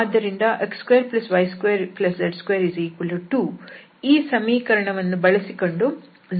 ಆದ್ದರಿಂದ x2y2z22 ಈ ಸಮೀಕರಣವನ್ನು ಬಳಸಿಕೊಂಡು z ಅನ್ನು ಬದಲಾಯಿಸಬೇಕು